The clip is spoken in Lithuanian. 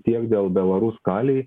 tiek dėl belarū skalėj